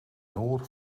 noor